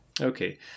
Okay